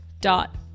dot